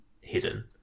hidden